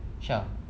aisha